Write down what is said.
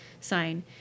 sign